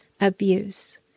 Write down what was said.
abuse